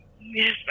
Yes